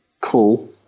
Cool